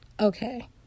okay